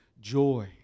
joy